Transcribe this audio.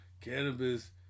Cannabis